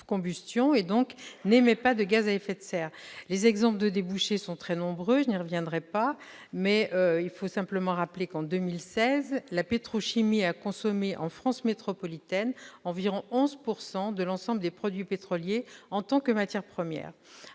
combustion et donc n'émet pas de gaz à effet de serre. Les exemples de débouchés sont très nombreux, je n'y reviendrai pas. Je rappelle seulement qu'en 2016 la pétrochimie a consommé, en France métropolitaine, environ 11 % de l'ensemble des produits pétroliers en tant que matière première.